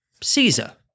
Caesar